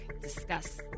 discuss